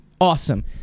Awesome